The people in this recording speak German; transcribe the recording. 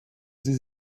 sie